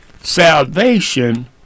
salvation